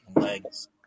legs